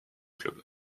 club